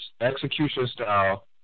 execution-style